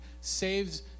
saves